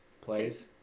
plays